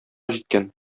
җиткән